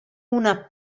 una